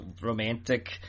romantic